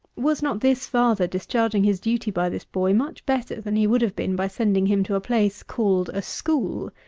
was not this father discharging his duty by this boy much better than he would have been by sending him to a place called a school?